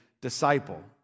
disciple